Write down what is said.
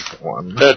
one